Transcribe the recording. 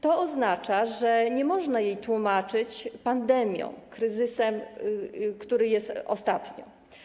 To oznacza, że nie można tego tłumaczyć pandemią, kryzysem, który jest ostatnio.